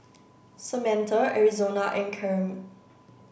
Samantha Arizona and Karyme